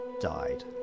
died